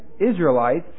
Israelites